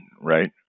right